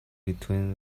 between